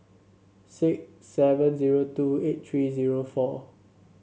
six seven zero two eight three zero four